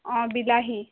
অঁ বিলাহী